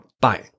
Bye